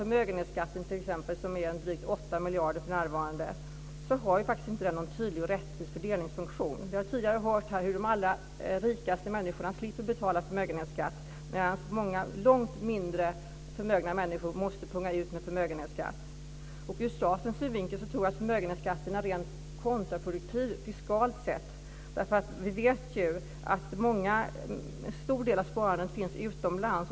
Förmögenhetsskatten t.ex., som ger drygt 8 miljarder för närvarande, har inte någon tydlig och rättvis fördelningsfunktion. Vi har tidigare hört här hur de allra rikaste människorna slipper betala förmögenhetsskatt, medan många långt mindre förmögna människor måste punga ut med förmögenhetsskatt. Ur statens synvinkel tror jag att förmögenhetsskatten är rent kontraproduktiv fiskalt sett. Vi vet ju att en stor del av sparandet finns utomlands.